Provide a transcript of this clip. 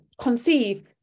conceive